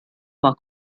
war